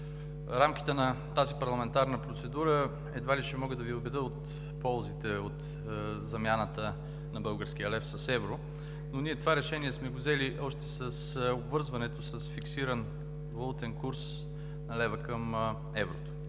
рамките на тази парламентарна процедура едва ли ще мога да Ви убедя в ползите от замяната на българския лев с евро, но ние това решение сме го взели още с обвързването с фиксиран валутен курс на лева към еврото.